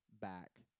back